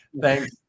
Thanks